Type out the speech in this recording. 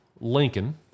Lincoln